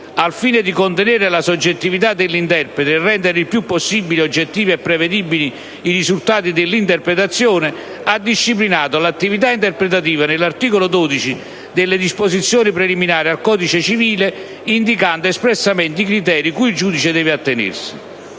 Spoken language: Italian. al fine di contenere la soggettività dell'interprete e rendere il più possibile oggettivi e prevedibili i risultati dell'interpretazione, ha disciplinato l'attività interpretativa nell'articolo 12 delle disposizioni preliminari al codice civile, indicando espressamente i criteri cui il giudice deve attenersi.